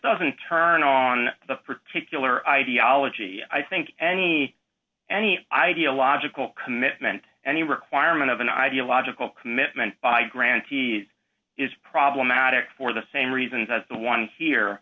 doesn't turn on the particular ideology i think any any ideological commitment any requirement of an ideological commitment by grantees is problematic for the same reasons as the one here